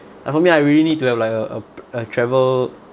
like for me I really need to have like a uh like travel